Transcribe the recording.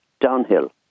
downhill